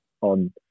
on